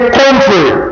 country